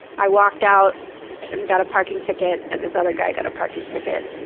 i walked out and got a parking ticket and this other guy got a parking ticket.